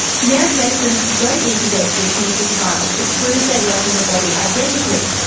generic medicines don't need to go through clinical trials to prove they work on the body identically,